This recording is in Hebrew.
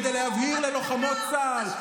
כדי להבהיר ללוחמות צה"ל,